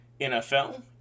NFL